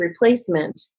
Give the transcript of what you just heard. replacement